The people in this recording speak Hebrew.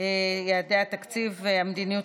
(תיקוני חקיקה להשגת יעדי התקציב והמדיניות